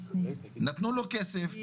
נתנו לו כסף,